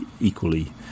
equally